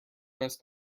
best